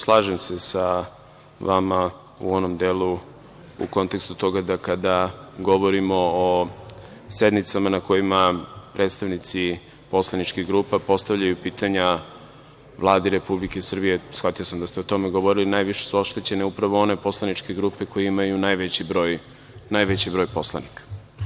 Slažem se sa vama u onom delu u kontekstu toga da kada govorimo o sednicama na kojima predstavnicima poslaničkih grupa postavljaju pitanja Vladi Republike Srbije, shvatio sam da ste o tome govorili, najviše su oštećene upravo one poslaničke grupe koje imaju najveći broj poslanika.